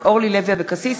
ה-OECD,